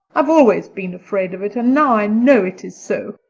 i've always been afraid of it, and now i know it is so.